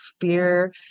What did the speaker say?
fear